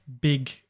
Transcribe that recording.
big